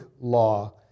law